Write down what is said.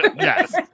yes